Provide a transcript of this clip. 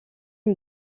est